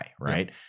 right